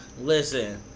Listen